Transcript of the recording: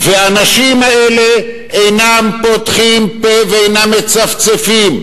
והאנשים האלה אינם פותחים פה ואינם מצפצפים.